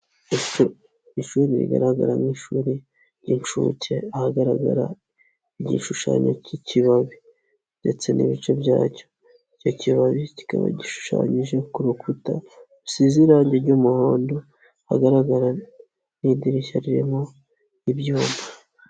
Ishuri rigaragara nk'ishuri ry'incuke ahagaragara igishushanyo cy'ikibabi ndetse n'ibice byacyo, icyo kibabi kikaba gishushanyije ku rukuta rusize irangi ry'umuhondo ahagaragara n'idirishya ririmo ibyuma.